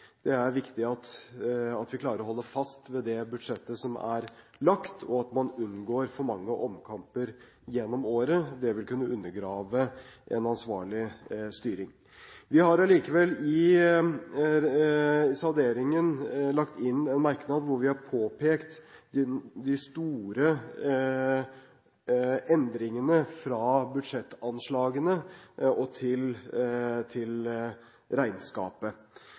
Det er viktig at vi klarer å holde fast ved det budsjettet som er lagt, og at man unngår for mange omkamper gjennom året. Det vil kunne undergrave en ansvarlig styring. Vi har allikevel i salderingsinnstillingen lagt inn en merknad hvor vi har påpekt de store endringene fra budsjettanslagene og til regnskapet. Fra 2006 har det vært en differanse som har summert seg til